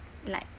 like